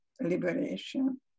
liberation